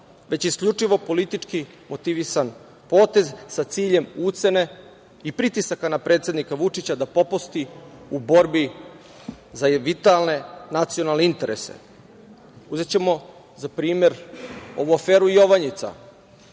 već je isključivo politički motivisan potez sa ciljem ucene i pritisaka na predsednika Vučića da popusti u borbi za vitalne nacionalne interese. Uzećemo za primer ovu aferu Jovanjica.